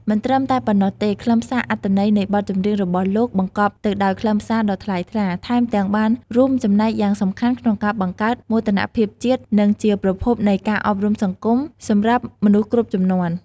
មិនត្រឹមតែប៉ុណ្ណោះទេ ខ្លឹមសារអត្ថន័នៃបទចម្រៀងរបស់លោកបង្កប់ទៅដោយខ្លឹមសារដ៏ថ្លៃថ្លា ថែមទាំងបានរួមចំណែកយ៉ាងសំខាន់ក្នុងការបង្កើត មោទនភាពជាតិ និងជាប្រភពនៃ ការអប់រំសង្គម សម្រាប់មនុស្សគ្រប់ជំនាន់ ។